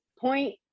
point